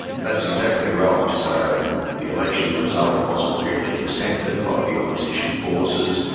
that's exactly right. so the election result wasn't really accepted by the opposition forces,